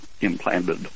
implanted